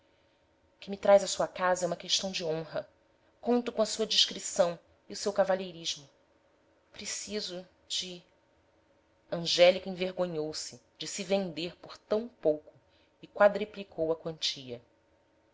que me traz à sua casa é uma questão de honra conto com a sua discrição e o seu cavalheirismo preciso de angélica envergonhou-se de se vender por tão pouco e quadriplicou a quantia